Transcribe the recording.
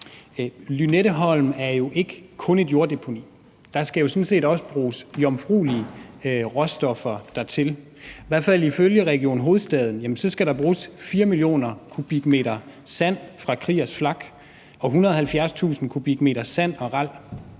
Lynetteholm er jo ikke kun et jorddeponi; der skal jo sådan set også bruges jomfruelige råstoffer dertil. Ifølge Region Hovedstaden skal der i hvert fald bruges 4 mio. m³ sand fra Kriegers Flak og 170.000 m³ sand og ral.